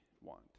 want